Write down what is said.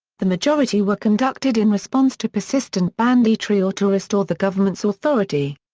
the majority were conducted in response to persistent banditry or to restore the government's authority.